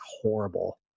horrible